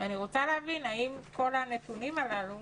ואני רוצה להבין האם כל הנתונים האלה